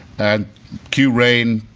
and cue rain,